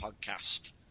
podcast